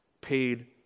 paid